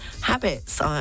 habits